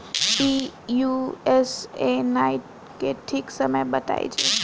Pusa nine के ठीक समय बताई जाई?